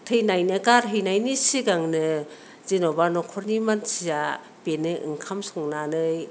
थैनायनो गारहैनायनि सिगांनो जेनेबा न'खरनि मानसिया बेनो ओंखाम संनानै